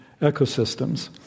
ecosystems